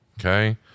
Okay